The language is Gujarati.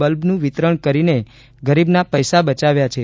બલ્બનું વિતરણ કરીને ગરીબના પૈસા બચાવ્યા છે